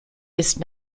ist